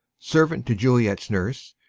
servant to juliet's nurse.